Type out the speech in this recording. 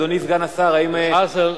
אדוני סגן השר, האם, אוקיי,